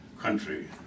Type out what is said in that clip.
country